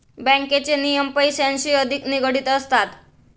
बँकेचे नियम पैशांशी अधिक निगडित असतात